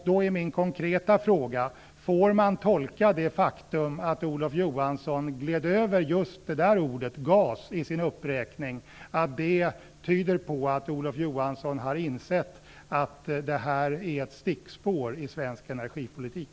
Då är min konkreta fråga: Får man tolka det faktum att Olof Johansson gled över just ordet gas i sin uppräkning så att det tyder på att Olof Johansson har insett att detta är ett stickspår i svensk energipolitik?